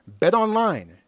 BetOnline